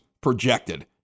projected